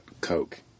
coke